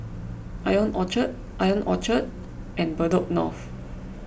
Ion Orchard Ion Orchard and Bedok North